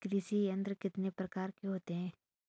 कृषि यंत्र कितने प्रकार के होते हैं?